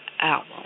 album